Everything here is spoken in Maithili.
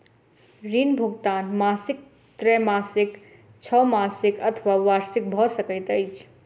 ऋण भुगतान मासिक त्रैमासिक, छौमासिक अथवा वार्षिक भ सकैत अछि